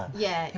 yeah,